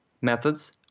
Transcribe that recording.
methods